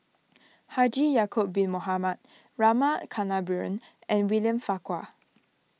Haji Ya'Acob Bin Mohamed Rama Kannabiran and William Farquhar